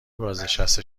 بازنشسته